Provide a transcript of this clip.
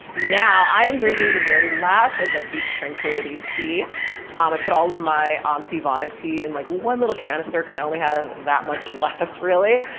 now i am drinking the very last of the peach tranquility tea. um, i put all of my um teavana tea in like one little canister cause i only have that much left. really.